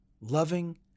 loving